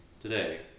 today